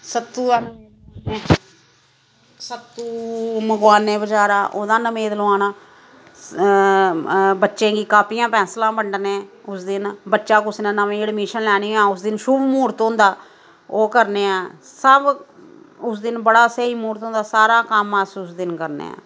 सत्तु दा सत्तु मगवाने बजारा ओह्दा नवेद लोआना बच्चें गी कॉपियां पिन्सलां बंडने उस दिन बच्चा कुस ने नमीं अडमिशन लैनी होऐ उस दिन शुभ म्हूरत होंदा ओह् करने आं सब उस दिन बड़ा स्हेई महूरत होंदा सारा कम्म अस उस दिन करने आं